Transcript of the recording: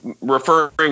referring